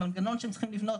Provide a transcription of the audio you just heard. המנגנון שהם צריכים לבנות,